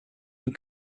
from